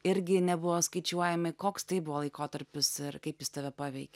irgi nebuvo skaičiuojami koks tai buvo laikotarpis ir kaip jis tave paveikė